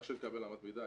רק שנקבל אמת מידה,